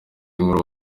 nkuru